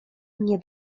mnie